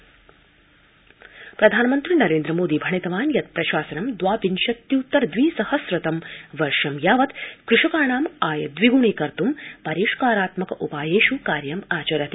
प्रधानमन्त्री आल्कम् प्रधानमन्त्री नरेन्द्रमोदी भणितवान् यत् प्रशासनं द्वाविंशत्युत्तर द्विसहस्रतम् वर्षं यावत् कृषकाणाम् आय द्विग्णीकर्त् परिष्कारात्मक उपायेष् कार्यमाचरति